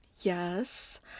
Yes